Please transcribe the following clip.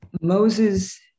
Moses